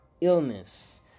illness